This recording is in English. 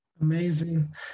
amazing